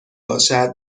باشد